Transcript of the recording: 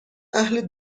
اهل